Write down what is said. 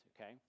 okay